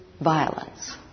violence